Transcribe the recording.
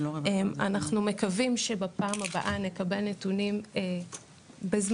אנחנו מקווים שבפעם הבאה נקבל נתונים בזמן